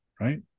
Right